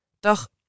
Doch